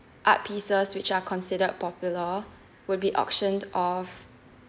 art pieces which are considered popular would be auctioned off